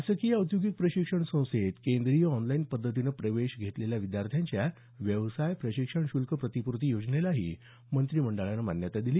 शासकीय औद्योगिक प्रशिक्षण संस्थेत केंद्रीय ऑनलाईन पध्दतीने प्रवेश घेतलेल्या विद्यार्थ्यांच्या व्यवसाय प्रशिक्षण शुल्क प्रतिपूर्ती योजनेसही मंत्रिमंडळ बैठकीत मान्यता देण्यात आली